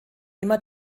immer